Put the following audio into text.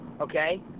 okay